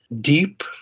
deep